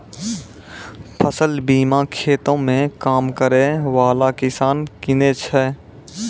फसल बीमा खेतो मे काम करै बाला किसान किनै छै